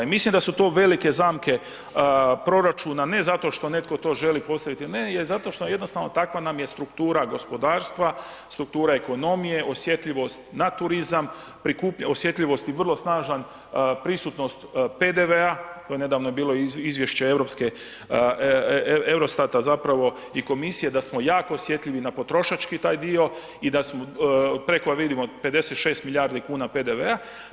I mislim da su to velike zamke proračuna, ne zato što netko to želi postaviti ili ne je zato što jednostavno takva nam je struktura gospodarstva, struktura ekonomije, osjetljivost na turizam, osjetljivost i vrlo snažan prisutnost PDV, to je nedavno bilo izvješće europske EUROSTAT-a zapravo i komisije da smo jako osjetljivi na potrošački taj dio i da smo, preko vidimo 56 milijardi kuna PDV-a.